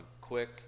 quick